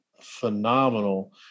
phenomenal